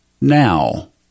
now